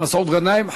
מסעוד גנאים.